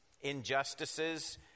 injustices